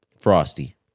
Frosty